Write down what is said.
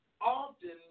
often